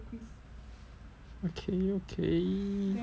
okay okay